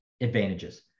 advantages